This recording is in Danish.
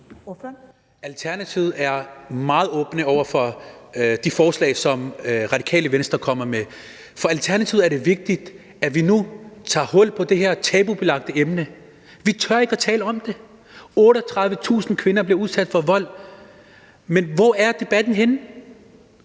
Alternativet er meget åben for de forslag, som Det Radikale Venstre kommer med. For Alternativet er det vigtigt, at vi nu får taget hul på det her tabubelagte emne. Vi tør ikke at tale om det. 38.000 kvinder bliver udsat for vold, men hvor er debatten henne?